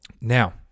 Now